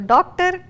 Doctor